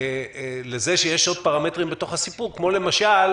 לזה שיש עוד פרמטרים בתוך הסיפור כמו למשל